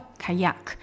kayak